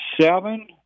seven